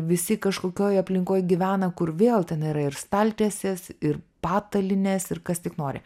visi kažkokioj aplinkoj gyvena kur vėl ten yra ir staltiesės ir patalynės ir kas tik nori